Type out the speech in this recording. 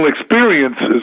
experiences